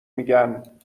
میگن